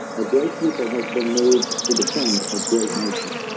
a great people has been moved to defend a great nation